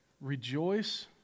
rejoice